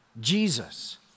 Jesus